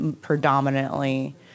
predominantly